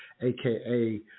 aka